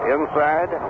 Inside